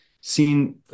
seen